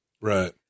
right